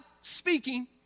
speaking